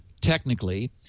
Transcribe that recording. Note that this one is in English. technically